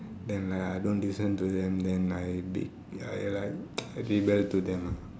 then like I don't listen to them then I b~ ya I rebel to them lah